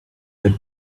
the